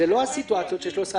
זו לא הסיטואציות של 13(א)(3).